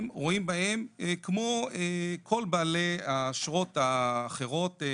הם רואים בהם כמו כל בעלי האשרות האחרות,